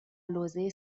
لوزه